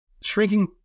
Shrinking